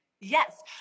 Yes